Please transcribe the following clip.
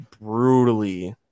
brutally